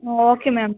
okay madam